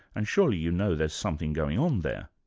and surely you know there's something going on there.